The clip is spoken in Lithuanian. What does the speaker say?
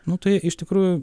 nu tai iš tikrųjų